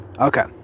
Okay